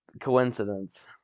Coincidence